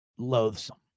Loathsome